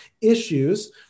issues